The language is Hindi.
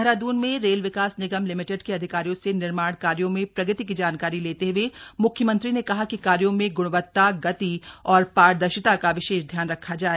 देहरादून में रेल विकास निगम लिमिटिड के अधिकारियों से निर्माण कार्यों में प्रगति की जानकारी लेते हुए मुख्यमंत्री ने कहा कि कार्यों में गुणवत्ता गति और पारदर्शिता का विशेष ध्यान रखा जाय